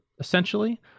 essentially